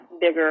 bigger